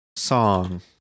song